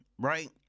right